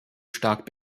stark